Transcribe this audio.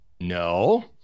No